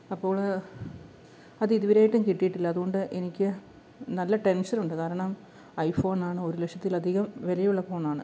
അപ്പോള് അത് ഇതുവരെയായിട്ടും കിട്ടിയിട്ടില്ല അതുകൊണ്ട് എനിക്ക് നല്ല ടെൻഷനുണ്ട് കാരണം ഐ ഫോണാണ് ഒരു ലക്ഷത്തിലധികം വിലയുള്ള ഫോണാണ്